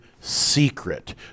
secret